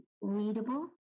readable